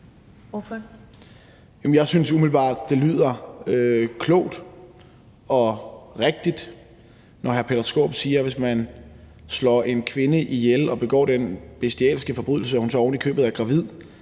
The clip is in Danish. Jeg synes umiddelbart, det lyder klogt og rigtigt, når hr. Peter Skaarup siger, at hvis man slår en kvinde ihjel og altså begår en bestialsk forbrydelse og hun så ovenikøbet er gravid